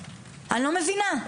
אני לא מבינה.